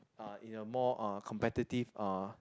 uh in a more uh competitive uh